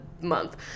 month